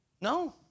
No